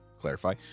clarify